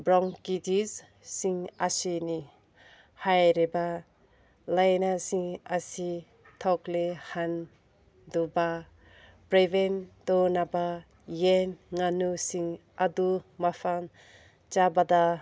brown ꯀꯤꯇꯤꯁꯁꯤꯡ ꯑꯁꯤꯅꯤ ꯍꯥꯏꯔꯤꯕ ꯂꯥꯏꯅꯥꯁꯤꯡ ꯑꯁꯤ ꯊꯣꯛꯂꯤ ꯍꯟꯗꯨꯕ ꯄ꯭ꯔꯤꯕꯦꯟ ꯇꯧꯅꯕ ꯌꯦꯟ ꯉꯥꯅꯨꯁꯤꯡ ꯑꯗꯨ ꯃꯐꯝ ꯆꯥꯕꯗ